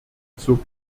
zur